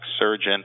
surgeon